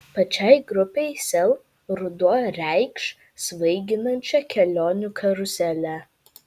pačiai grupei sel ruduo reikš svaiginančią kelionių karuselę